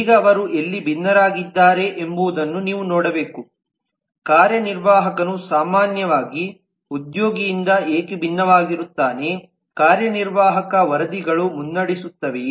ಈಗ ಅವರು ಎಲ್ಲಿ ಭಿನ್ನರಾಗಿದ್ದಾರೆ ಎಂಬುದನ್ನು ನೀವು ನೋಡಬೇಕು ಕಾರ್ಯನಿರ್ವಾಹಕನು ಸಾಮಾನ್ಯವಾಗಿ ಉದ್ಯೋಗಿಯಿಂದ ಏಕೆ ಭಿನ್ನವಾಗಿರುತ್ತಾನೆ ಕಾರ್ಯನಿರ್ವಾಹಕ ವರದಿಗಳು ಮುನ್ನಡೆಸುತ್ತವೆಯೇ